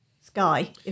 sky